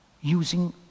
using